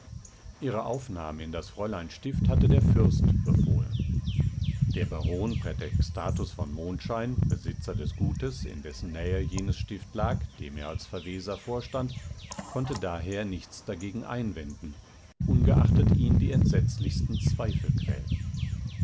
ihre aufnahme in das fräuleinstift hatte der fürst befohlen der baron prätextatus von mondschein besitzer des gutes in dessen nähe jenes stift lag dem er als verweser vorstand konnte daher nichts dagegen einwenden ungeachtet ihn die entsetzlichsten zweifel quälten